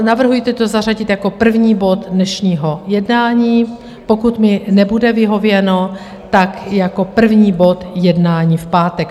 Navrhuji to zařadit jako první bod dnešního jednání, pokud mi nebude vyhověno, tak jako první bod jednání v pátek.